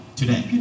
today